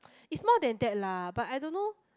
it's more than that lah but I don't know